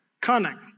Cunning